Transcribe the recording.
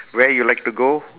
where you like to go